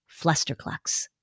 flusterclucks